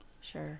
sure